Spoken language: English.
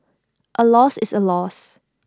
A loss is A loss